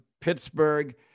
Pittsburgh